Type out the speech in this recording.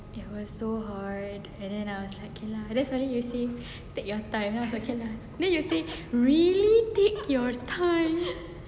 like it was so hard and then I was like okay lah and then suddenly you see take your time lah it's okay lah then you say really take your time